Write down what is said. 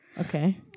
Okay